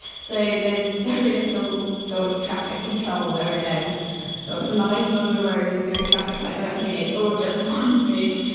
so there's very little sort of traffic control, there are no sort of lines on the roads, no traffic lights or anything, it's all just one big